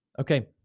Okay